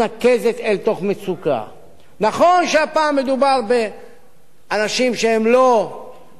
נכון שהפעם מדובר באנשים שהם לא כאלה שתוכננו להגיע,